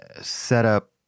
setup